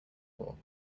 ball